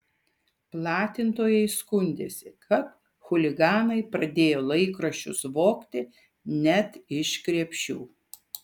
platintojai skundėsi kad chuliganai pradėjo laikraščius vogti net iš krepšių